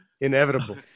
Inevitable